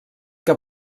que